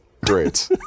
Great